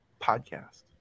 Podcast